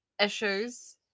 issues